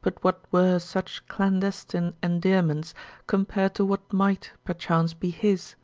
but what were such clandestine endearments compared to what might, perchance, be his